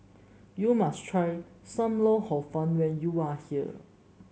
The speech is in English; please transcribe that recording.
you must try Sam Lau Hor Fun when you are here